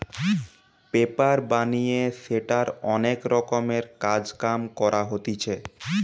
paper বানিয়ে সেটার অনেক রকমের কাজ কাম করা হতিছে